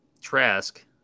Trask